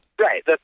Right